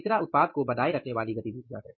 तीसरा उत्पाद को बनाए रखने वाली गतिविधियाँ हैं